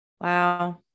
Wow